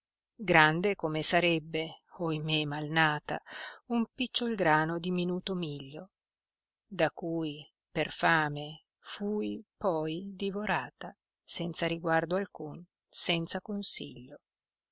grande come sarebbe ohimè mal nata un picciol grano di minuto miglio da cui per fame fui poi divorata senza riguardo alcun senza consiglio